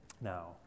Now